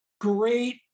great